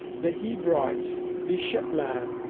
the hebrides, the shetland,